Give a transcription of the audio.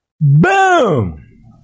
Boom